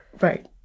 Right